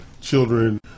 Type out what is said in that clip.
children